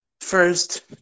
first